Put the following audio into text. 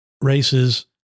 races